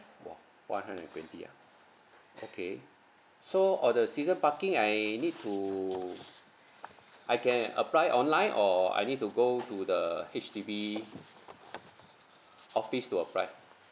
!wah! one hundred and twenty ah okay so or the season parking I need to I can apply it online or I need to go to the H_D_B office to apply